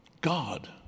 God